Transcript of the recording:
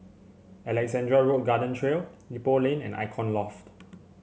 Alexandra Road Garden Trail Ipoh Lane and Icon Loft